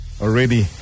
already